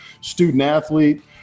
student-athlete